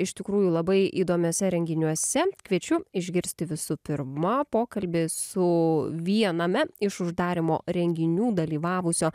iš tikrųjų labai įdomiuose renginiuose kviečiu išgirsti visų pirma pokalbį su viename iš uždarymo renginių dalyvavusio